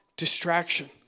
distraction